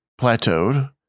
plateaued